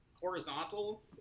horizontal